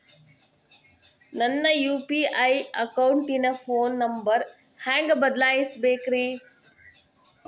ನನ್ನ ಯು.ಪಿ.ಐ ಅಕೌಂಟಿನ phone number ಹೆಂಗ್ ಬದಲಾಯಿಸ ಬೇಕ್ರಿ?